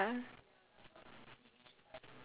makes more sense ya